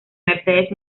mercedes